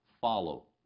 follow